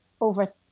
over